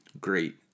great